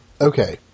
Okay